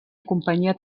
companyia